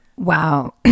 Wow